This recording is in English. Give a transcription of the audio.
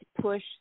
push